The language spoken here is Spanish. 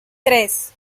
tres